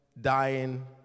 dying